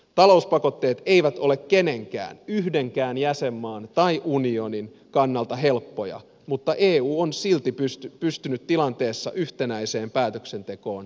talouspakotteet eivät ole kenenkään yhdenkään jäsenmaan tai koko unionin kannalta helppoja mutta eu on silti pystynyt tilanteessa yhtenäiseen päätöksentekoon ja toimintaan